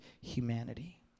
humanity